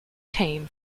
team